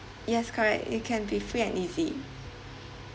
yes correct it can be free and easy